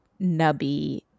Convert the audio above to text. nubby